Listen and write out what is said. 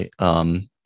right